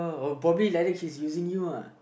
oh probably like that she's using you lah